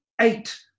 Eight